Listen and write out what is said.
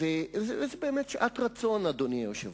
זאת באמת שעת רצון, אדוני היושב-ראש.